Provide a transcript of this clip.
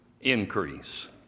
increase